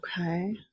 Okay